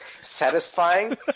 satisfying